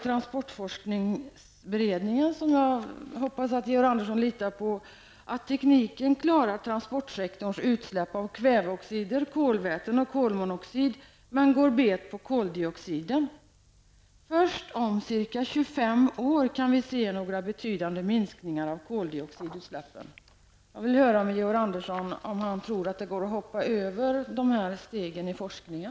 Transportforskningsberedningen, som jag hoppas att Georg Andersson litar på, säger att tekniken klarar transportsektorns utsläpp av kväveoxider, kolväten och kolmonoxider men går bet på koldioxider. Först om ca 25 år kan vi se några betydande minskningar av koldioxidutsläppen. Jag vill höra om Georg Andersson tror att det går att hoppa över de här stegen i forskningen.